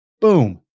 boom